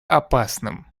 опасным